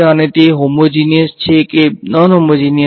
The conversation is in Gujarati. અને તે હોમેજીનીયસ છે કે નોનહોમેજીનીયસ